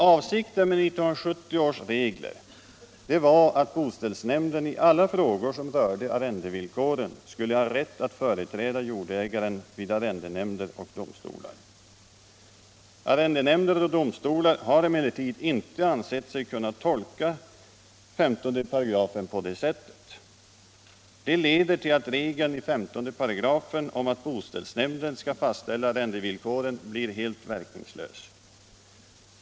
Avsikten med 1970 års regler var att boställsnämnden i alla frågor som rörde arrendevillkoren skulle ha rätt att företräda jordägaren vid arrendenämnder och domstolar. Arrendenämnder och domstolar har emellertid inte ansett sig kunna tolka 15 § på det sättet. Detta leder till att regeln i 15 § om att boställsnämnden skall fastställa arrendevillkoren blir helt verkningslös.